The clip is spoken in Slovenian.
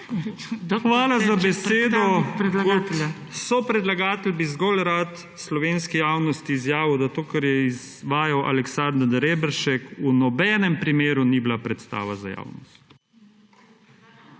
Hvala za besedo. Kot sopredlagatelj bi zgolj rad slovenski javnosti izjavil, da to, kar je izvajal Aleksander Reberšek v nobenem primeru ni bila predstava za javnost.